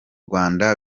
rwanda